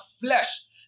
flesh